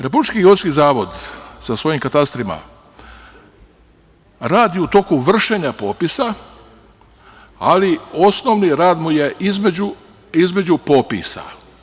Republički geodetski zavod sa svojim katastrima radi u toku vršenja popisa, ali osnovni rad mu je između popisa.